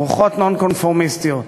רוחות נון-קונפורמיסטיות.